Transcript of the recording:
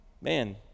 Man